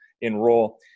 enroll